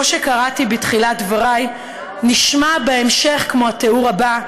כמו שקראתי בתחילת דבריי נשמע בהמשך כמו התיאור הבא,